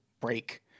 break